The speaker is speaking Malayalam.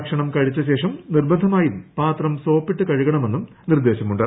ഭക്ഷണം കഴിച്ചശേഷം നിർബന്ധമായും പാത്രം സോപ്പിട്ടു കഴുകണമെന്നും നിർദ്ദേശമുണ്ട്